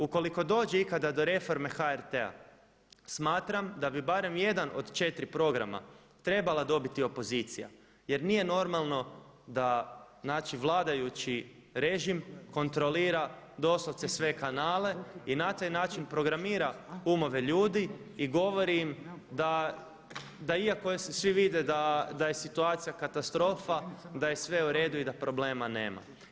Ukoliko dođe ikada do reforme HRT-a smatram da bi barem jedan od 4 programa trebala dobiti opozicija jer nije normalno da znači vladajući režim kontrolira doslovce sve kanale i na taj način programira umove ljudi i govori im da iako svi vide da je situacija katastrofa da je sve u redu i da problema nema.